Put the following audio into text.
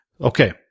Okay